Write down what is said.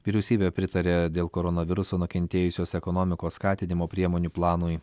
vyriausybė pritarė dėl koronaviruso nukentėjusios ekonomikos skatinimo priemonių planui